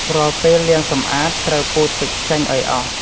រាល់ពេលលាងសម្អាត ត្រូវពូតទឹកចេញឱ្យអស់។